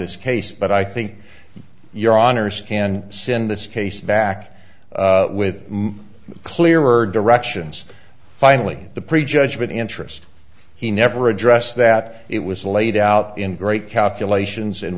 this case but i think your honour's can send this case back with clearer directions finally the pre judgment interest he never addressed that it was laid out in great calculations and